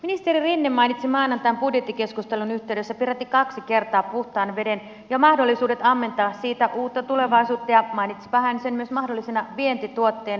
ministeri rinne mainitsi maanantain budjettikeskustelun yhteydessä peräti kaksi kertaa puhtaan veden ja mahdollisuudet ammentaa siitä uutta tulevaisuutta ja mainitsipa hän sen myös mahdollisena vientituotteena